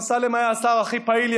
השר אמסלם היה השר הכי פעיל,